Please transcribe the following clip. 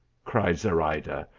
cried zorayda,